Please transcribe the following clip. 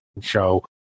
show